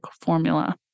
formula